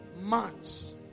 months